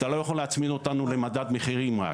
אתה לא יכול להצמיד אותנו למדד מחירים רק